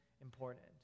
important